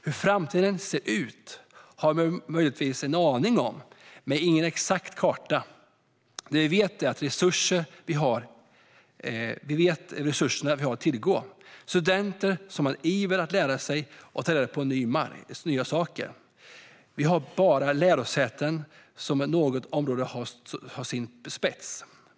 Hur framtiden ser ut har vi möjligtvis en aning om, men vi har inte någon exakt karta. Det vi har kunskap om är de resurser vi har att tillgå. Vi har studenter som har en iver att lära sig och ta reda på nya saker. Vi har bra lärosäten som på något område har sin spets.